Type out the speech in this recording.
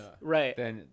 Right